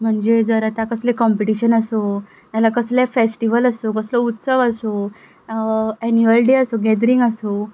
म्हणजे जर आतां कसलें कंम्पिटीशन आसूं नाल्या कसलो फेस्टिवल आसूं कसलो उत्सव आसूं एनूअल डे आसूं गॅदरींग आसूं